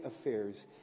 affairs